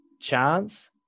chance